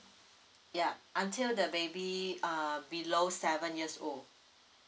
ya until the baby uh below seven years old